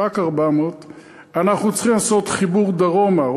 רק 400. אנחנו צריכים לעשות חיבור דרומה,